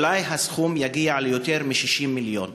אולי הסכום היה מגיע ליותר מ-60 מיליון.